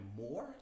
more